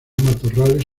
matorrales